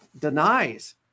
denies